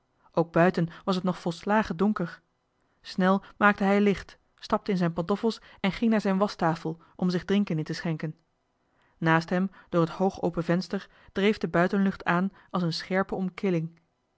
ook buiten was t nog volslagen donker snel maakte hij licht stapte in zijn pantoffels en ging naar zijn waschtafel om zich drinken in te schenken naast hem door het hoogopen venster dreef de buitenlucht aan als een scherpe omkilling